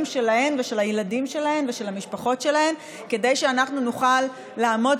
שלהן ושל הילדים שלהן ושל המשפחות שלהן כדי שאנחנו נוכל לעמוד